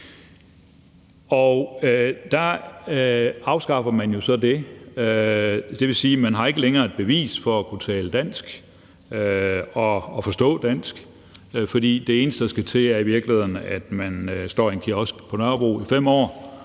Der afskaffer man jo så det. Det vil sige, at man ikke længere har et bevis for at kunne tale dansk og forstå dansk. Det eneste, der skal til, er i virkeligheden, at man står i en kiosk på Nørrebro i 5 år,